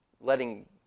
letting